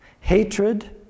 hatred